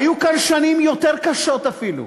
היו כאן שנים יותר קשות אפילו.